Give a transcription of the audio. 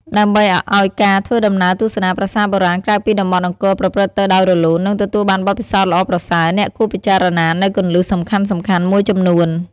ដើម្បីឲ្យការធ្វើដំណើរទស្សនាប្រាសាទបុរាណក្រៅពីតំបន់អង្គរប្រព្រឹត្តទៅដោយរលូន និងទទួលបានបទពិសោធន៍ល្អប្រសើរ អ្នកគួរពិចារណានូវគន្លឹះសំខាន់ៗមួយចំនួន។